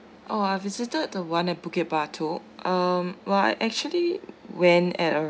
oh I visited the one at bukit batu um well I actually went at